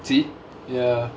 see ya